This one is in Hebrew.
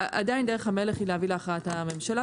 עדיין דרך המלך היא להביא להכרעת הממשלה,